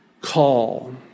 call